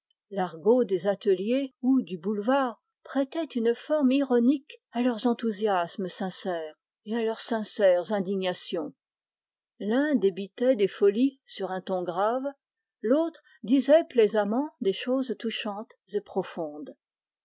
l'argot des ateliers ou du boulevard donnait une forme ironique à leurs enthousiasmes sincères et à leurs sincères indignations l'un débitait des folies sur un ton sérieux l'autre disait légèrement des choses